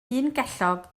ungellog